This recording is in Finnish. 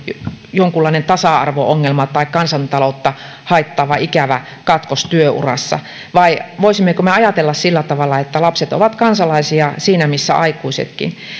jonkunlainen tasa arvo ongelma tai kansantaloutta haittaava ikävä katkos työurassa vai voisimmeko me ajatella sillä tavalla että lapset ovat kansalaisia siinä missä aikuisetkin